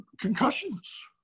concussions